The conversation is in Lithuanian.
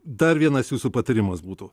dar vienas jūsų patarimas būtų